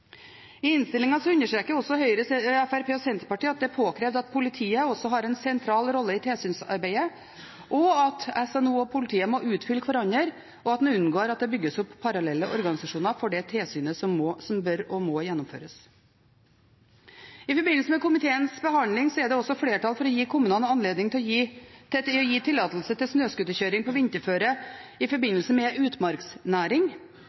I innstillingen understreker bl.a. Høyre, Fremskrittspartiet og Senterpartiet at det er påkrevd at politiet også har en sentral rolle i tilsynsarbeidet, at SNO og politiet må utfylle hverandre, og at en unngår at det bygges opp parallelle organisasjoner for det tilsynet som bør og må gjennomføres. I forbindelse med komiteens behandling er det også flertall for å gi kommunene anledning til å gi tillatelse til snøscooterkjøring på vinterføre i forbindelse med utmarksnæring.